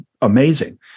amazing